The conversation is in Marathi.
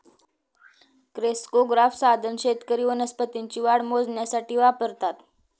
क्रेस्कोग्राफ साधन शेतकरी वनस्पतींची वाढ मोजण्यासाठी वापरतात